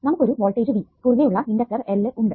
നമുക്കൊരു voltage V കുറുകെ ഉള്ള ഇണ്ടക്ടർ L ഉണ്ട്